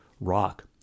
rock